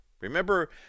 Remember